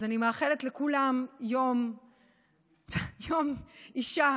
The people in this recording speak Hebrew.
אז אני מאחלת לכולם יום האישה